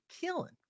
killing